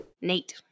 Nate